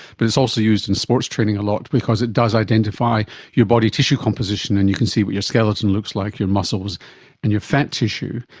but it's also used in sports training a lot because it does identify your body tissue composition and you can see what your skeleton looks like, your muscles and your fat tissue.